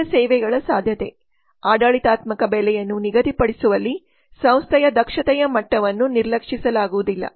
ಹೆಚ್ಚಿದ ಸೇವೆಗಳ ಸಾಧ್ಯತೆ ಆಡಳಿತಾತ್ಮಕ ಬೆಲೆಯನ್ನು ನಿಗದಿಪಡಿಸುವಲ್ಲಿ ಸಂಸ್ಥೆಯ ದಕ್ಷತೆಯ ಮಟ್ಟವನ್ನು ನಿರ್ಲಕ್ಷಿಸಲಾಗುವುದಿಲ್ಲ